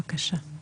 בבקשה.